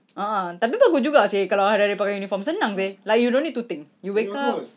a'ah tapi bagus juga seh kalau hari hari pakai uniform senang seh like you don't need to think you wake up